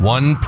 One